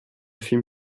film